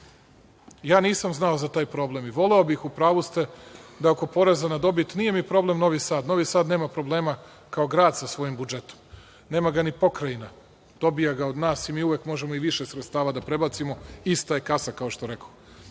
nisam znao za taj problem i voleo bih, u pravu ste, da oko poreza na dobit, nije mi problem Novi Sad, Novi Sad nema problema kao grad sa svojim budžetom, nema ga ni Pokrajina. Dobija ga od nas i mi uvek možemo i više sredstava da prebacimo. Ista je kasa, kao što rekoh.